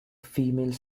females